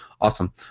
awesome